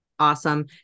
awesome